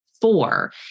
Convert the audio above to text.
four